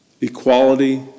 Equality